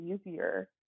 easier